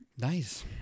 Nice